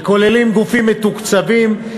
שכוללים גופים מתוקצבים,